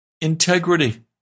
integrity